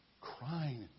crying